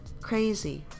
Crazy